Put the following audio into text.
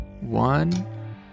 One